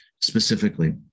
specifically